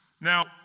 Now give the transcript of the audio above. Now